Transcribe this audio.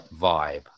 vibe